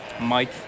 Mike